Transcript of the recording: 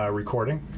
recording